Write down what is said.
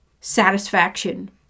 satisfaction